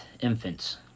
infants